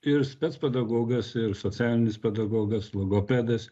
ir spec pedagogas ir socialinis pedagogas logopedas